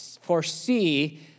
foresee